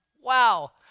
Wow